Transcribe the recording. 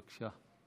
בבקשה,